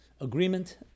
agreement